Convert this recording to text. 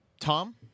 Tom